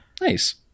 Nice